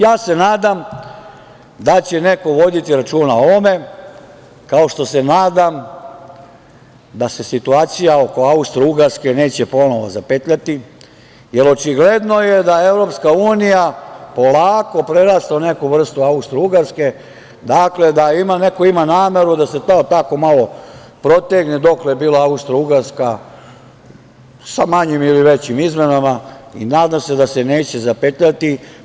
Ja se nadam da će neko voditi računa o ovome, kao što se nadam da se situacija oko Austrougarske neće ponovo zapetljati, jer očigledno je da EU polako prerasta u neku vrstu Austrougarske, dakle, da neko ima nameru da se malo protegne dokle je bila Austrougarska, sa manjim ili većim izmenama i nadam se da se neće zapetljati.